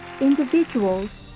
individuals